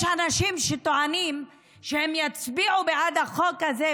יש אנשים שטוענים שהם יצביעו בעד החוק הזה,